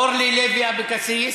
אורלי לוי אבוקסיס,